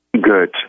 good